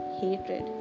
hatred